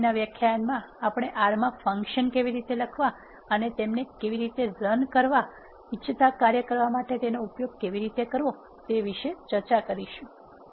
તે પછીના વ્યાખ્યાનમાં આપણે R માં ફંક્શન્સ કેવી રીતે લખવા અને તેમને કેવી રીતે રન કરવાઇચ્છતા કાર્ય કરવા માટે તેનો ઉપયોગ કેવી રીતે કરવો તે વિશે ચર્ચા કરીશું